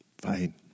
fine